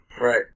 Right